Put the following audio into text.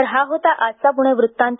तर हा होता आजचा पुणे वृत्तांत